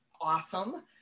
awesome